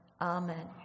amen